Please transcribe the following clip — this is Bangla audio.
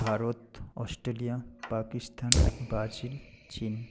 ভারত অস্ট্রেলিয়া পাকিস্তান ব্রাজিল চীন